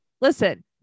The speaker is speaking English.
Listen